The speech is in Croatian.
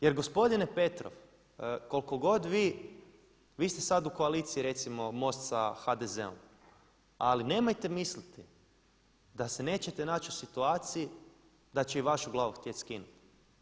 Jer gospodine Petrov koliko god vi, vi ste sad u koaliciji recimo MOST sa HDZ-om ali nemojte misliti da se nećete naći u situaciji da će i vašu glavu htjeti skinuti.